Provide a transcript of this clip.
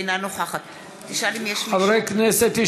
אינה נוכחת חברי הכנסת,